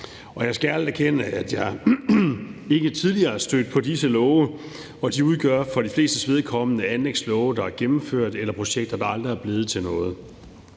Jeg skal ærligt erkende, at jeg ikke tidligere er stødt på disse love, og de udgør for de flestes vedkommende anlægslove, der er gennemført, eller projekter, der aldrig er blevet til noget.